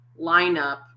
lineup